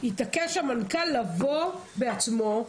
התעקש המנכ"ל לבוא בעצמו,